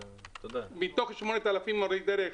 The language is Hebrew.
זה, אתה יודע --- מתוך 8,000 מורי דרך,